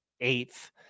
eighth